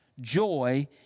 Joy